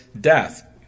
death